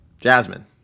Jasmine